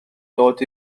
dod